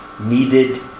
Needed